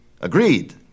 Agreed